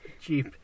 cheap